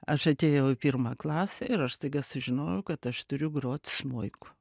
aš atėjau į pirmą klasę ir aš staiga sužinojau kad aš turiu grot smuiku